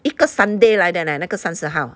一个 sunday 来的 leh 那个三十号